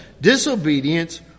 Disobedience